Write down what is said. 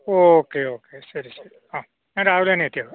okay okay ശരി ശരി ആ ഞാൻ രാവിലെ തന്നെ എത്തിയേക്കാം